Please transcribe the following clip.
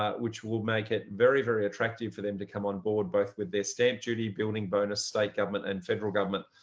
ah which will make it very, very attractive for them to come on board both with their stamp duty building bonus state government and federal government